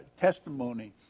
testimony